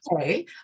okay